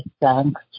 thanks